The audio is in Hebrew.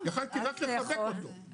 יכולתי רק לחבק אותו.